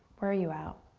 wear you out.